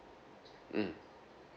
mm